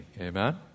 Amen